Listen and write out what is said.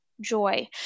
joy